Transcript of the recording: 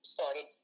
Started